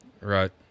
Right